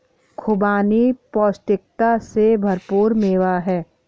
खुबानी पौष्टिकता से भरपूर मेवा है